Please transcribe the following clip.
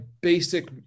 basic